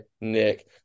Nick